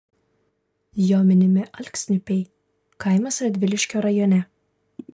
jo minimi alksniupiai kaimas radviliškio rajone